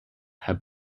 have